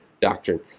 doctrine